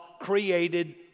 created